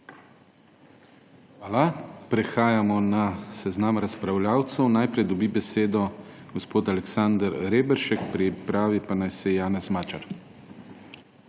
Hvala. Prehajamo na seznam razpravljavcev. Najprej dobi besedo gospod Aleksander Reberšek, pripravi pa naj se Janez Magyar.